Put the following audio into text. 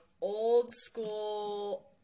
old-school